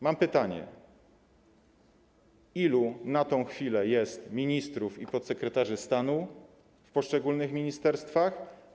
Mam pytanie: Ilu na tę chwilę jest ministrów i podsekretarzy stanu w poszczególnych ministerstwach?